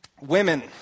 Women